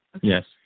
Yes